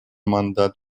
мандат